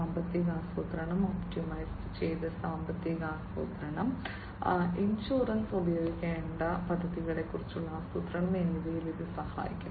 സാമ്പത്തിക ആസൂത്രണം ഒപ്റ്റിമൈസ് ചെയ്ത സാമ്പത്തിക ആസൂത്രണം ഇൻഷുറൻസ് ഉപയോഗിക്കേണ്ട ഇൻഷുറൻസ് പദ്ധതികളെക്കുറിച്ചുള്ള ആസൂത്രണം എന്നിവയിൽ ഇത് സഹായിക്കും